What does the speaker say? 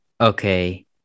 Okay